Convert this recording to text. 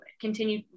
continue